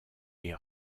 est